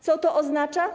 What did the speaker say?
Co to oznacza?